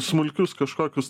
smulkius kažkokius